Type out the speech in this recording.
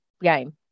game